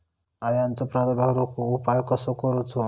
अळ्यांचो प्रादुर्भाव रोखुक उपाय कसो करूचो?